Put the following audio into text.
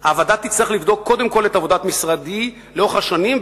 הוועדה תצטרך לבדוק קודם כול את עבודת משרדי לאורך השנים,